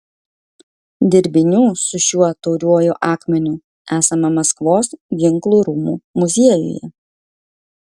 dirbinių su šiuo tauriuoju akmeniu esama maskvos ginklų rūmų muziejuje